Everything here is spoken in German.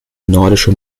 nordische